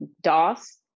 DOS